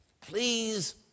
Please